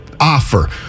offer